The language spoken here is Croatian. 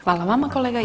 Hvala vama kolega.